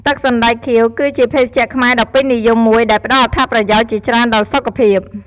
ទឹកសណ្ដែកខៀវ គឺជាភេសជ្ជៈខ្មែរដ៏ពេញនិយមមួយ ដែលផ្តល់អត្ថប្រយោជន៍ជាច្រើនដល់សុខភាព។